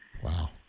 Wow